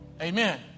Amen